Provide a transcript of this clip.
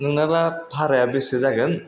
नोंनाबा भाराया बेसे जागोन